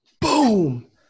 boom